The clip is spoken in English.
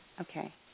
Okay